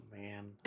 man